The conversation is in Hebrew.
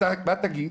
מה תגיד?